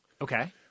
Okay